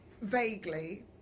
Vaguely